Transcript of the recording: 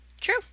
True